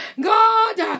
God